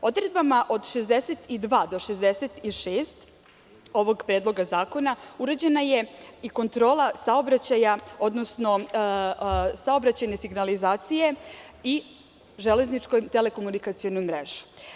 Odredbama od 62. do 66. ovog predloga zakona uređena je i kontrola saobraćaja, odnosno saobraćajne signalizacije i železničke telekomunikacione mreže.